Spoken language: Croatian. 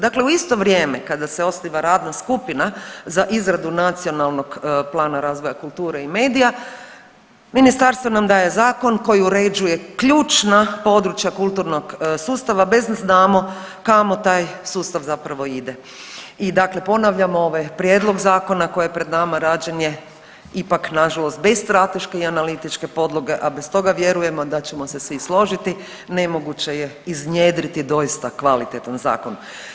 Dakle u isto vrijeme kada se osniva radna skupina za izradu nacionalnog plana razvoja kulture i medija, Ministarstvo nam daje zakon koji uređuje ključna područja kulturnog sustava bez da znamo kamo taj sustav zapravo ide i dakle ponavljam, ovaj prijedlog Zakona koji je pred nama, rađen je ipak, nažalost, bez strateške i analitičke podloge, a bez toga, vjerujemo da ćemo se svi složiti, nemoguće je iznjedriti doista kvalitetan zakon.